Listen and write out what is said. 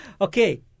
Okay